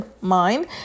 Mind